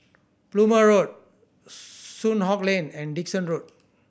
Plumer Road Soon Hock Lane and Dickson Road